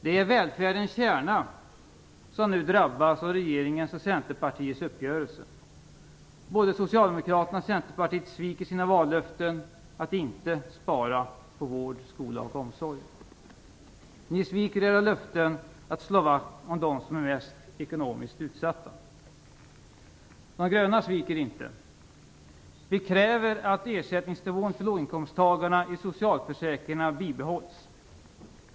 Det är välfärdens kärna som nu drabbas av regeringens och Centerpartiets uppgörelse. Både Socialdemokraterna och Centerpartiet sviker sina vallöften att inte spara på vård, skola och omsorg. Ni sviker era löften att slå vakt om dem som är mest ekonomiskt utsatta. De gröna sviker inte. Vi kräver att ersättningsnivån för låginkomsttagarna i socialförsäkringarna bibehålls.